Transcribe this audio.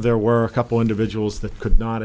there were a couple individuals that could not